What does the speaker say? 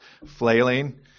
flailing